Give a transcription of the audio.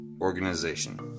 organization